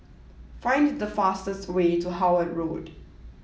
find the fastest way to Howard Road